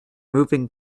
moving